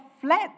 fled